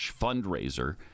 fundraiser